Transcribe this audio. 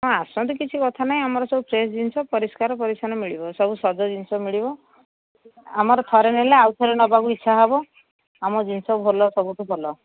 ହଁ ଆସନ୍ତୁ କିଛି କଥା ନାହିଁ ଆମର ସବୁ ଫ୍ରେଶ୍ ଜିନିଷ ପରିଷ୍କାର ପରିଚ୍ଛନ୍ନ ମିଳିବ ସବୁ ସଜ ଜିନିଷ ମିଳିବ ଆମର ଥରେ ନେଲେ ଆଉ ଥରେ ନେବାକୁ ଇଚ୍ଛା ହବ ଆମ ଜିନିଷ ଭଲ ସବୁଠୁ ଭଲ